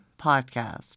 Podcast